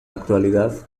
actualidad